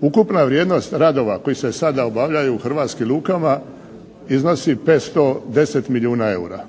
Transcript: Ukupna vrijednost radova koji se sada obavljaju u hrvatskim lukama iznosi 510 milijuna eura.